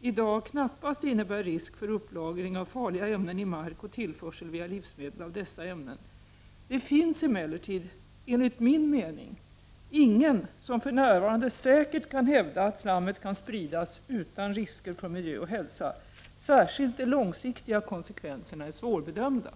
i dag knappast innebär risk för upplagring av farliga ämnen i mark och tillförsel via livsmedel av dessa äm nen. Det finns emellertid enligt min mening ingen som för närvarande säkert — Prot. 1989/90:43 kan hävda att slammet kan spridas utan risker för miljö och hälsa. Särskilt 11 december 1989 de långsiktiga konsekvenserna är svårbedömda.